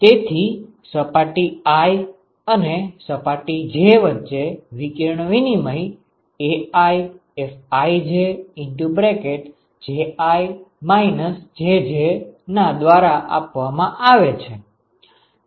તેથી સપાટી i અને સપાટી j વચ્ચે વિકિરણ વિનિમય AiFijJi Jj ના દ્વારા આપવામાં આવે છે